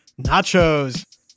nachos